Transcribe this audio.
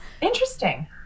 interesting